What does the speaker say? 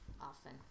often